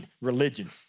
religion